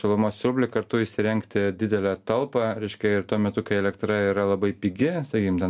šilumos siurblį kartu įsirengti didelę talpą reiškia ir tuo metu kai elektra yra labai pigi sakykim ten